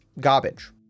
garbage